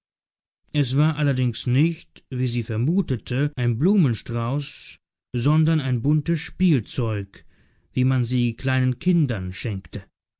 es war allerdings nicht wie sie vermutete ein blumenstrauß sondern ein buntes spielzeug wie man sie kleinen kindern schenkte